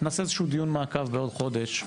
נעשה איזשהו דיון מעקב בעוד חודש,